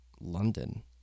London